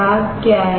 glass क्या है